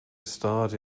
starred